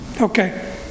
Okay